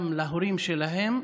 גם להורים שלהם,